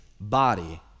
body